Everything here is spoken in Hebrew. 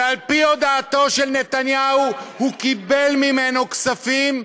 ועל-פי הודאתו של נתניהו הוא קיבל ממנו כספים,